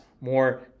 more